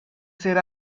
ser